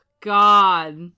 God